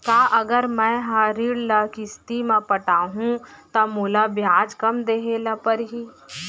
का अगर मैं हा ऋण ल किस्ती म पटाहूँ त मोला ब्याज कम देहे ल परही?